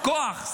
כוח.